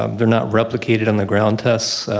um they're not replicated on the ground test,